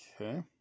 Okay